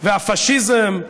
והפאשיזם,